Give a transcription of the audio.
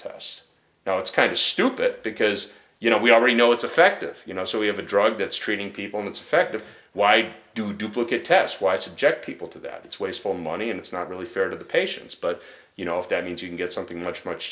tests now it's kind of stupid because you know we already know it's effective you know so we have a drug that's treating people and it's effect of why do duplicate tests why subject people to that it's wasteful money and it's not really fair to the patients but you know if that means you can get something much much